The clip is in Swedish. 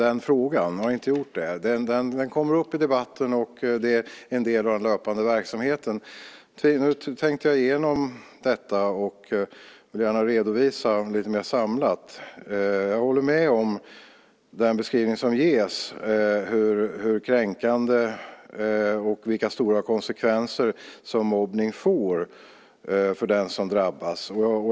Jag har inte gjort det. Frågan kommer dock upp i debatten och är en del av den löpande verksamheten. Nu tänkte jag igenom detta och vill gärna redovisa det lite mer samlat. Jag håller med om den beskrivning som ges av hur kränkande mobbning är och vilka stora konsekvenser det får för den som drabbas.